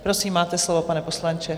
Prosím, máte slovo, pane poslanče.